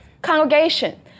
Congregation